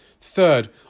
Third